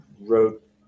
wrote